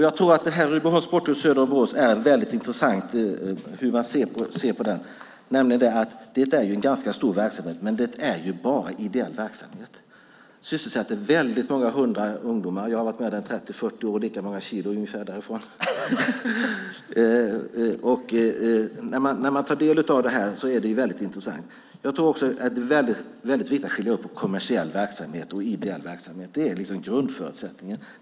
Jag tror att det är väldigt intressant hur man ser på Rydboholms Sportklubb söder om Borås. Det är en ganska stor verksamhet, men det är bara ideell verksamhet. Den sysselsätter många hundra ungdomar. Jag har varit med i 30-40 år - lika många kilo ungefär därifrån. När man tar del av det här är det väldigt intressant. Det är också viktigt att skilja på kommersiell verksamhet och ideell verksamhet. Det är grundförutsättningen.